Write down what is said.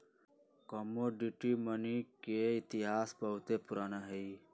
commodity money के इतिहास बहुते पुरान हइ